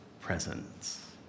presence